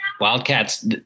Wildcats